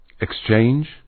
exchange